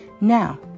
Now